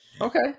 okay